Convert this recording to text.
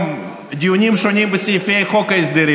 תפסיקו לשקר.